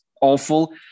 awful